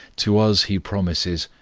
to us he promises,